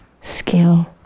skill